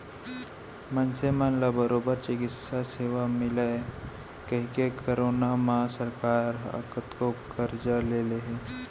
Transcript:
मनसे मन ला बरोबर चिकित्सा सेवा मिलय कहिके करोना म सरकार ह कतको करजा ले हे